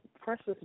precious